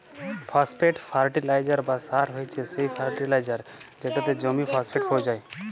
phosphate fertiliser বা সার হছে সে ফার্টিলাইজার যেটতে জমিতে ফসফেট পোঁছায়